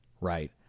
right